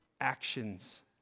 actions